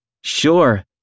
Sure